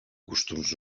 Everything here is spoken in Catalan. costums